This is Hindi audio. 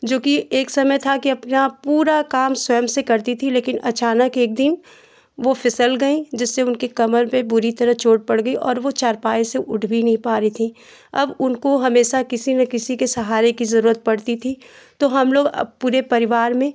जो कि एक समय था कि अपना पूरा काम स्वयं से करती थीं लेकिन अचानक एक दिन वह फिसल गईं जिससे उनकी क़मर में बुरी तरह चोट पड़ गई और वह चारपाई से उठ भी नहीं पा रही थीं अब उनको हमेशा किसी न किसी के सहारे की ज़रूरत पड़ती थी तो हमलोग पूरे परिवार में